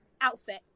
outfit